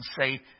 say